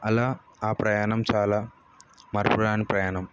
అలా ఆ ప్రయాణం చాలా మరపురాని ప్రయాణం